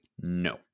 No